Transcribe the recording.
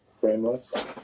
Frameless